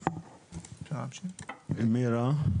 מירה?